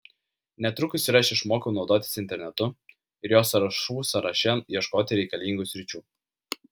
netrukus ir aš išmokau naudotis internetu ir jo sąrašų sąraše ieškoti reikalingų sričių